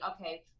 okay